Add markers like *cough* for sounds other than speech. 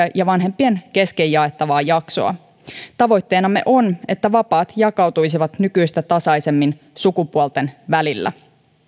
*unintelligible* ja ja vanhempien kesken jaettavaa jaksoa tavoitteenamme on että vapaat jakautuisivat nykyistä tasaisemmin sukupuolten välillä